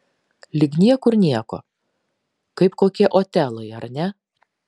lyg niekur nieko kaip kokie otelai ar ne